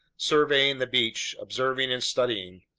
surveying the beach, observing and studying.